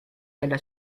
della